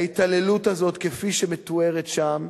ההתעללות הזאת, כפי שמתוארת שם,